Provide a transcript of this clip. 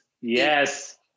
Yes